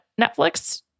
Netflix